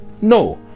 no